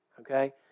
okay